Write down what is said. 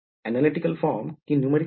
analytical कि numerical